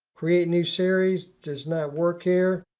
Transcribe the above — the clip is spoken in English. create new series, does not work here.